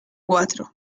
cuatro